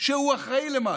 שהוא אחראי למשהו.